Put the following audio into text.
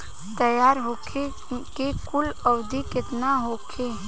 तैयार होखे के कुल अवधि केतना होखे?